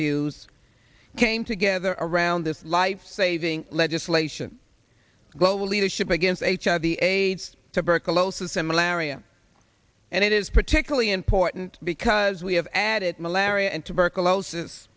views came together around this life saving legislation global leadership begins h r the aids tuberculosis and malaria and it is particularly important because we have added malaria and tuberculosis